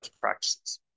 practices